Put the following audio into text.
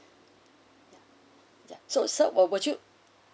so sir would would you